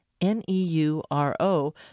N-E-U-R-O